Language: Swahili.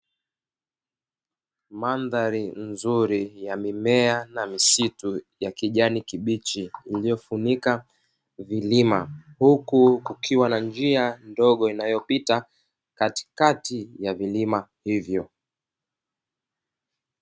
Mandhari nzuri ya mimea na misitu ya kijani kibichi, iliyofunika vilima huku kukiwa na njia ndogo inayopita katikati ya vilima hivyo.